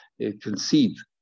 conceive